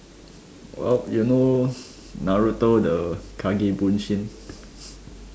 well you know Naruto the